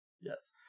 Yes